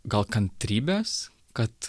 gal kantrybės kad